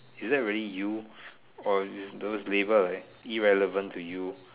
is that really you or is this those label irrelevant to you